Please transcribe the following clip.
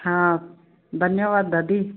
हा धन्यवाद दादी